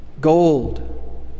gold